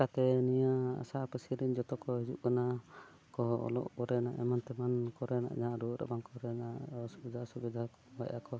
ᱪᱮᱠᱟᱛᱮ ᱱᱤᱭᱟᱹ ᱟᱥᱟᱯᱟᱥᱤᱨᱮᱱ ᱡᱚᱛᱚᱠᱚ ᱦᱤᱡᱩᱜ ᱠᱟᱱᱟ ᱠᱚ ᱚᱞᱚᱜ ᱠᱚᱨᱮᱱᱟᱜ ᱮᱢᱟᱱ ᱛᱮᱢᱟᱱ ᱠᱚᱨᱮᱱᱟᱜ ᱡᱟᱦᱟᱸ ᱨᱩᱣᱟᱹᱜ ᱨᱟᱵᱟᱝ ᱠᱚᱨᱮᱱᱟᱜ ᱚᱥᱵᱤᱫᱷᱟ ᱥᱩᱵᱤᱰᱷᱟ ᱠᱚ ᱞᱟᱹᱭᱮᱜ ᱟᱠᱚ